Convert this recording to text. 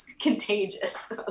contagious